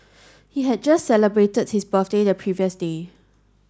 he had just celebrated his birthday the previous day